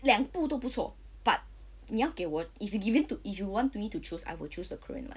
两部都不错 but 你要给我 if you give it to if you want me to choose I will choose the korean [one]